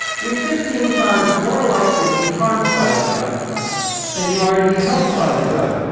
you're fifteen times more likely to be harmed by the drug than you are to be helped by the drug.